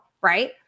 Right